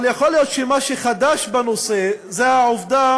אבל יכול להיות שמה שחדש בנושא זה העובדה